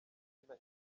nyina